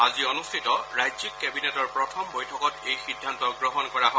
আজি অনুষ্ঠিত ৰাজ্যিক কেবিনেটৰ প্ৰথম বৈঠকত এই সিদ্ধান্ত গ্ৰহণ কৰা হয়